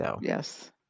Yes